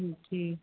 جی